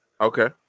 Okay